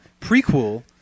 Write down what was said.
prequel